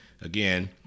again—